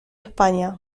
españa